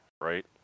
right